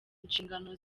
inshingano